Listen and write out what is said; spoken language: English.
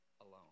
alone